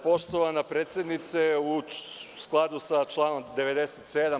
Poštovana predsednice, u skladu sa članom 97.